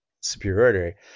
superiority